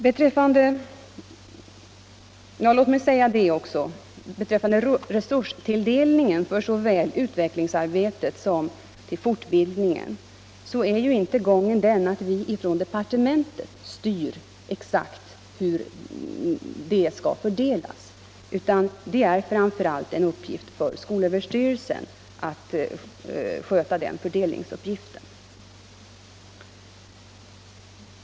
Vad beträffar resurstilldelningen för utvecklingsarbetet är det icke vi från departementet som styr exakt hur resurserna skall fördelas, utan det ankommer på skolöverstyrelsen att sköta den fördelningsuppgiften.